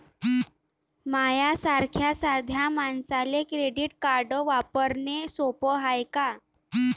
माह्या सारख्या साध्या मानसाले क्रेडिट कार्ड वापरने सोपं हाय का?